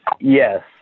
yes